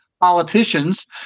politicians